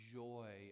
joy